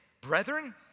brethren